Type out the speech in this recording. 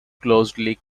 closely